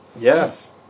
Yes